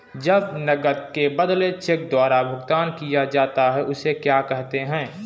जब नकद के बदले चेक द्वारा भुगतान किया जाता हैं उसे क्या कहते है?